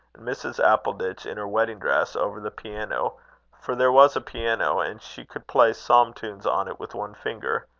and mrs. appleditch, in her wedding-dress, over the piano for there was a piano, and she could play psalm-tunes on it with one finger.